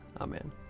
Amen